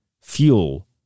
fuel